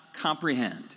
comprehend